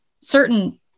certain